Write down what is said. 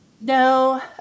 No